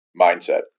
Mindset